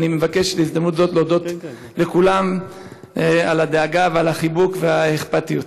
ואני מבקש בהזדמנות זו להודות לכולם על הדאגה ועל החיבוק והאכפתיות.